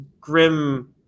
grim